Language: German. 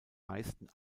meisten